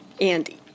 Andy